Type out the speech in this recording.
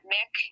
Mick